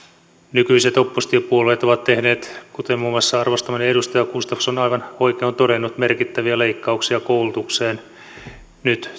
nykyiset oppositiopuolueet ovat tehneet kuten muun muassa arvostamani edustaja gustafsson aivan oikein on todennut merkittäviä leikkauksia koulutukseen ja nyt